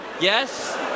Yes